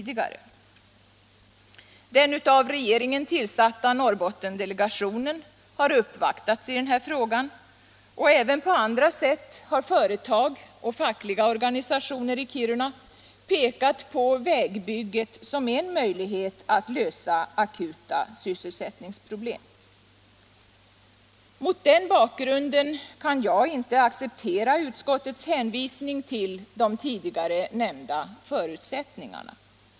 Den av regeringen tillsatta Norrbottendelegationen har uppvaktats i frågan, och även på andra sätt har företag och fackliga organisationer i Kiruna pekat på vägbygget som en möjlighet att lösa akuta sysselsättningsproblem. Mot den bakgrunden kan jag inte acceptera utskottets hänvisning till de tidigare nämnda förutsättningarna.